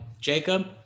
jacob